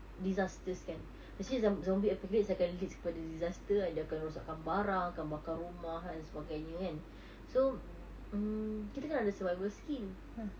disasters kan actually zom~ zombie apocalypse akan leads kepada disaster ah dia akan rosakkan barang akan bajar rumah ah kan dan sebagainya kan so um kita kena ada survival skill